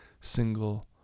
single